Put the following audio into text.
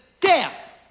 death